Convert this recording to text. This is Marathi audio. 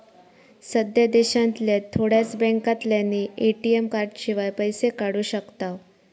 सध्या देशांतल्या थोड्याच बॅन्कांतल्यानी ए.टी.एम कार्डशिवाय पैशे काढू शकताव